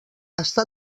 està